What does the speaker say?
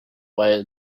way